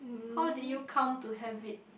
how did you come to have it